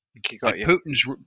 Putin's